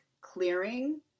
clearing